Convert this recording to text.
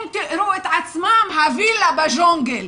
הם תיארו את עצמם, הווילה בג'ונגל.